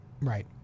Right